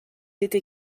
été